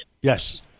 Yes